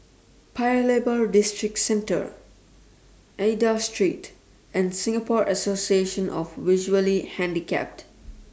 Paya Lebar Districentre Aida Street and Singapore Association of Visually Handicapped